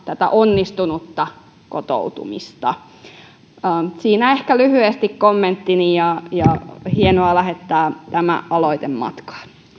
tätä onnistunutta kotoutumista siinä ehkä lyhyesti kommenttini hienoa lähettää tämä aloite matkaan